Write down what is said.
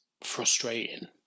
frustrating